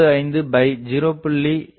75 0